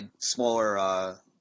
smaller